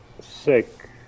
sick